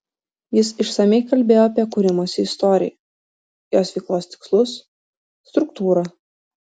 jis išsamiai kalbėjo apie kūrimosi istoriją jos veiklos tikslus struktūrą